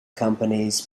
companies